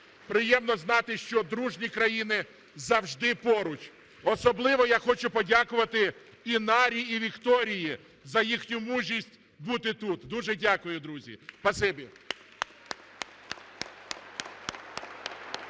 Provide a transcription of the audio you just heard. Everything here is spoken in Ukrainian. Приємно знати, що дружні країни завжди поруч. Особливо я хочу подякувати Інарі і Вікторії за їхню мужність бути тут. Дуже дякую, друзі! Спасибі.